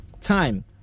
time